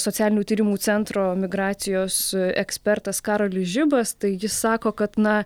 socialinių tyrimų centro migracijos ekspertas karolis žibas tai jis sako kad na